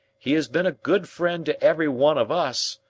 he has been a good friend to every one of us.